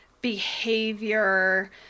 behavior